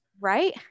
right